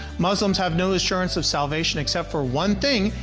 muslims have no assurance of salvation except for one thing,